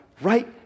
right